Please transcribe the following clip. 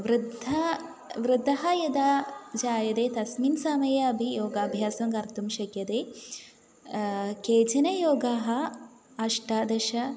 वृद्धाः वृद्धः यदा जायते तस्मिन् समये अपि योगाभ्यासं कर्तुं शक्यते केचन योगाः अष्टादश